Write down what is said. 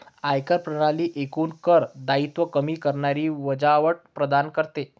आयकर प्रणाली एकूण कर दायित्व कमी करणारी वजावट प्रदान करते